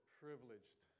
privileged